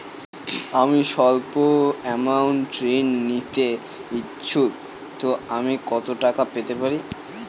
আমি সল্প আমৌন্ট ঋণ নিতে ইচ্ছুক তো আমি কত টাকা পেতে পারি?